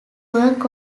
work